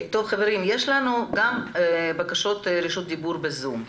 יש לנו גם בקשות לרשות דיבור בזום.